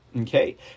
Okay